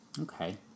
Okay